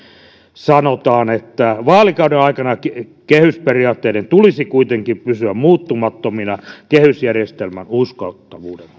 sanotaan vaalikauden aikana kehysperiaatteiden tulisi kuitenkin pysyä muuttumattomina kehysjärjestelmän uskottavuuden